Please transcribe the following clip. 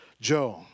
Joe